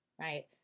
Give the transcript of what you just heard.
right